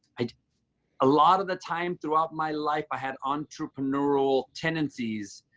and a lot of the time throughout my life i had entrepreneurial tendencies,